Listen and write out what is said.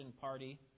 party